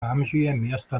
miestą